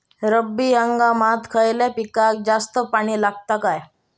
रब्बी हंगामात खयल्या पिकाक जास्त पाणी लागता काय?